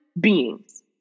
beings